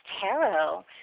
tarot